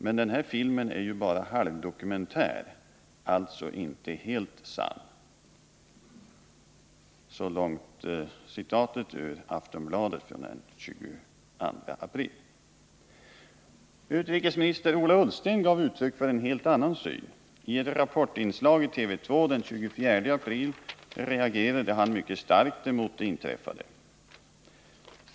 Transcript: Men den här filmen är ju bara halvdokumentär, alltså inte helt sann.” Så långt citatet ur Aftonbladet den 22 april. Utrikesminister Ola Ullsten gav uttryck för en helt annan syn. I ett Rapportinslag i TV 2 den 24 april reagerade han mycket starkt mot det inträffade.